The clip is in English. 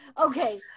Okay